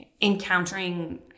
encountering